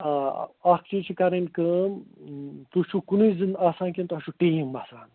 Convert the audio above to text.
آ اَکھ چیٖز چھِ کَرٕنۍ کٲم تُہۍ چھُو کُنٕے زوٚن آسان کِنہٕ تۄہہِ چھُو ٹیٖم آسان